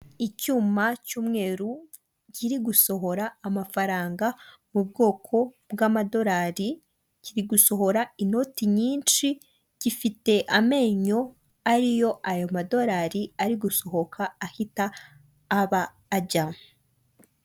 Icyuma cy'umweru kiri gusohora amafaranga mu bwoko bw'amadorari, kiri gusohora inoti nyinshi. Gifite amenyo ariyo ayo madorari ari gusohoka, ahita aba ajya.